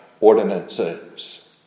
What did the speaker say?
ordinances